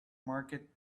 market